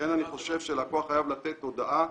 לכן אני חושב שלקוח חייב לתת הודעה.